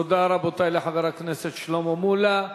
תודה, רבותי, לחבר הכנסת שלמה מולה.